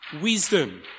Wisdom